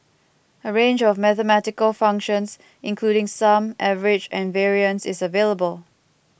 a range of mathematical functions including sum average and variance is available